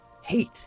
Hate